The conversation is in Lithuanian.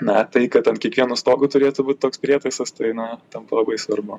na tai kad ant kiekvieno stogo turėtų būt toks prietaisas tai na tampa labai svarbu